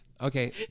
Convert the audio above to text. Okay